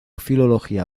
filología